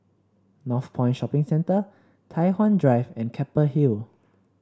Northpoint Shopping Centre Tai Hwan Drive and Keppel Hill